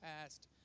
past